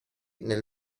nel